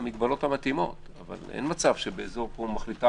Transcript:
המגבלות המתאימות אבל אין מצב שמחליטה